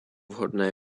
vhodné